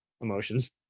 emotions